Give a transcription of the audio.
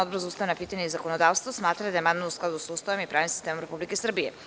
Odbor za ustavna pitanja i zakonodavstvo smatra da je amandman u skladu sa Ustavom i pravnim sistemom Republike Srbije.